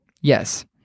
Yes